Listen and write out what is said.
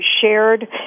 shared